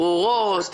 ברורות,